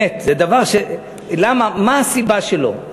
מה הסיבה שלו?